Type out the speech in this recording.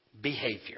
behavior